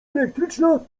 elektryczna